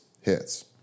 hits